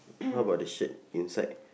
what about the shirt inside